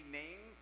name